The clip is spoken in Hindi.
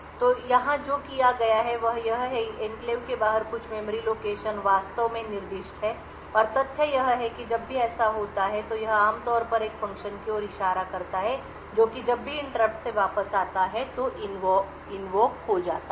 तो यहाँ जो किया गया है वह यह है कि एन्क्लेव के बाहर कुछ मेमोरी लोकेशन वास्तव में निर्दिष्ट है और तथ्य यह है कि जब भी ऐसा होता है तो यह आमतौर पर एक फ़ंक्शन की ओर इशारा करता है जो कि जब भी इंटरप्ट से वापस आता है तो इनवॉक हो जाता है